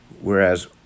Whereas